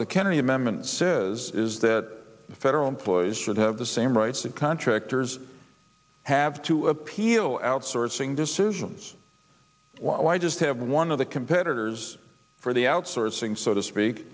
the kennedy amendment says is that federal employees should have the same rights that contractors have to appeal outsourcing decisions why just have one of the competitors for the outsourcing so to speak